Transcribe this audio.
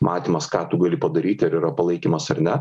matymas ką tu gali padaryti ar yra palaikymas ar ne